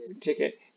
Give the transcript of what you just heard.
ticket